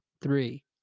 three